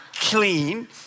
clean